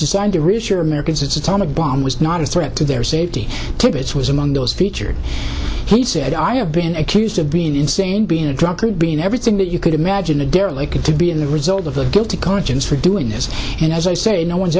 designed to reassure americans that atomic bomb was not a threat to their safety tibbets was among those featured he said i have been accused of being insane being a drunkard being everything that you could imagine a derelict to be in the result of a guilty conscience for doing this and as i said no one's